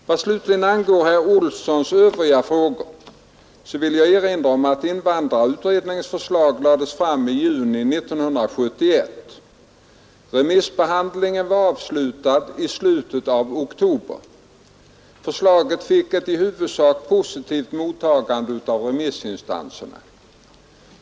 Vad slutligen angår herr Olssons övriga frågor vill jag erinra om att invandrarutredningens förslag lades fram i juni 1971. Remissbehandlingen var avslutad i slutet av oktober. Förslaget fick ett i huvudsak positivt mottagande av remissinstanserna.